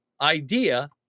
idea